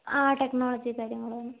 technology കാര്യങ്ങൾ തന്നെ